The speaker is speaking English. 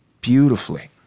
beautifully